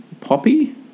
Poppy